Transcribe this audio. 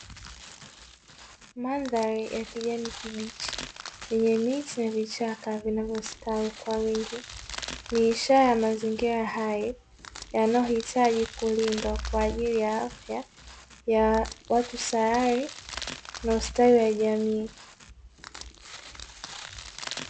Mandhari ya kijani kibichi yenye miti na vichaka vinayostawi kwa wingi ni ishara ya mazingira hai, yanayohitaji kulindwa kwaajili ya afya ya watu sayari na ustawi wa jamii.